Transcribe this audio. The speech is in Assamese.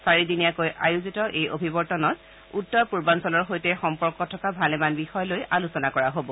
চাৰিদিনীয়াকৈ আয়োজিত এই অভিৱৰ্তনত উত্তৰ পূৰ্বাঞ্চলৰ সৈতে সম্পৰ্ক থকা ভালেমান বিষয় লৈ আলোচনা কৰা হ'ব